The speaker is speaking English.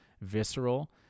visceral